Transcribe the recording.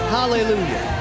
Hallelujah